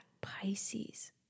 Pisces